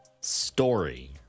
story